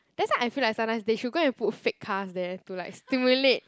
that's why I feel like sometimes they should go and put fake cars there to like stimulate